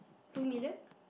two million